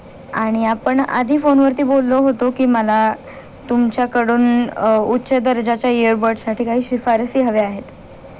आणि आपण आधी फोनवरती बोललो होतो की मला तुमच्याकडून उच्च दर्जाच्या इअरबडसाठी काही शिफारसी हव्या आहेत